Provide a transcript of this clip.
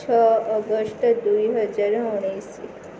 ଛଅ ଅଗଷ୍ଟ ଦୁଇହଜାର ଉଣେଇଶି